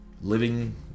living